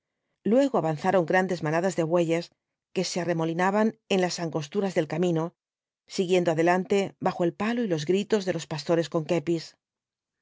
luego avanzaron grandes manadas de bueyes que se arremolinaban en las angosturas del camino siguiendo adelante bajo el palo y los gritos de los pastores con kepis